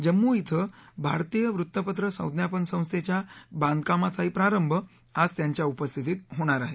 जम्मू क्रे भारतीय वृत्तपत्र संज्ञापन संस्थेच्या बांधकामाचाही प्रारंभ आज त्यांच्या उपस्थितीत होणार आहे